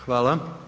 Hvala.